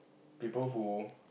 people who